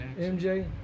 MJ